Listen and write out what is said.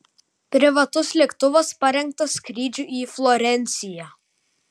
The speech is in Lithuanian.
privatus lėktuvas parengtas skrydžiui į florenciją